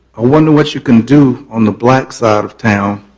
ah wonder what you can do on the black side of town,